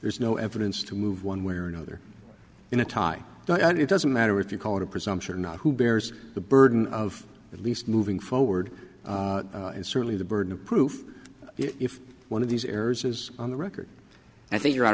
there's no evidence to move one way or another in a tie and it doesn't matter if you call it a presumption not who bears the burden of at least moving forward and certainly the burden of proof if one of these errors is on the record i think you're out